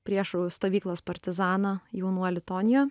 priešų stovyklos partizaną jaunuolį tonijo